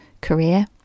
career